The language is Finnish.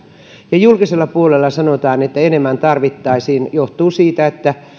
ja julkisella puolella sanotaan että enemmän tarvittaisiin se johtuu siitä että